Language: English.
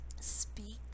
speak